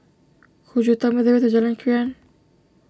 could you tell me the way to Jalan Krian